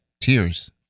tears